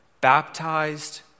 Baptized